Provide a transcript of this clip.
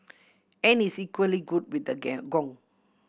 and is equally good with the gang gong